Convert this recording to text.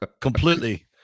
completely